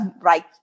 right